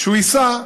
כשהוא ייסע,